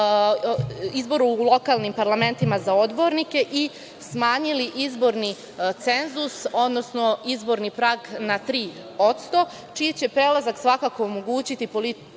izboru u lokalnim parlamentima za odbornike i smanjili izborni cenzus, odnosno izborni prag na 3% čiji će prelazak svakako omogućiti političkim